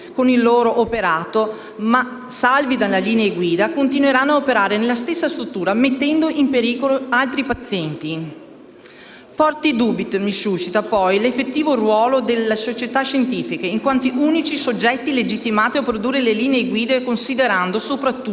con il loro operato, ma salvi dalle linee guida, continueranno ad operare nelle stesse strutture mettendo in pericolo altri pazienti. Forti dubbi mi suscita, poi, l'effettivo ruolo delle società scientifiche in quanto unici soggetti legittimati a produrre le linee guida considerando, soprattutto,